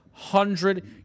hundred